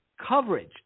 coverage